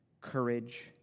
courage